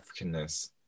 Africanness